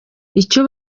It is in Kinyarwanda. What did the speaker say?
icyo